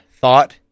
thought